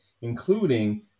including